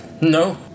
No